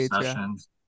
sessions